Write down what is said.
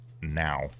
now